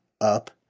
up